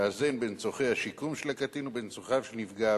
לאזן בין צורכי השיקום של הקטין ובין צרכיו של נפגע העבירה,